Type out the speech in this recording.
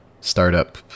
startup